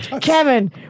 Kevin